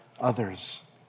others